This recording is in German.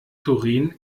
turin